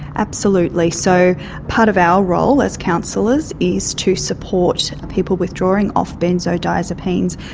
absolutely. so part of our role as councillors is to support people withdrawing off benzodiazepines.